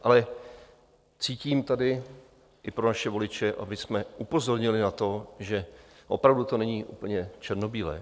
Ale cítím tady i pro naše voliče, abychom upozornili na to, že opravdu to není úplně černobílé.